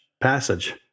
passage